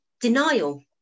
denial